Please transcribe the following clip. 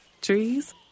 trees